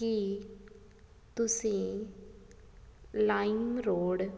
ਕੀ ਤੁਸੀਂ ਲਾਈਮਰੋਡ